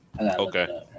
Okay